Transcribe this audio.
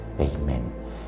Amen